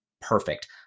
perfect